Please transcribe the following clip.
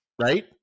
right